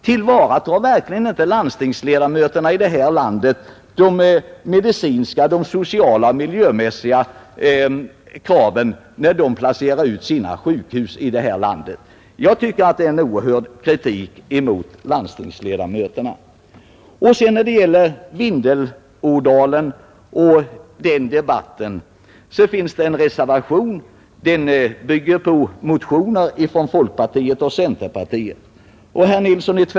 Tillgodoser verkligen inte landstingsledamöterna i detta land de medicinska, sociala och miljömässiga kraven när de placerar ut sina sjukhus? Jag tycker att det är en oerhörd kritik mot landstingsledamöterna.